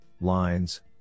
lines